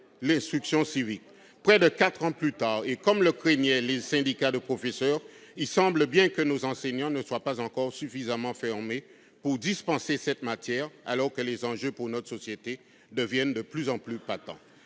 l'instruction civique. Près de quatre ans plus tard, et comme le craignaient les syndicats de professeurs, il semble bien que nos enseignants ne soient pas encore suffisamment formés pour dispenser cette matière, alors que les enjeux pour notre société deviennent de plus en plus patents.